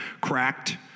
cracked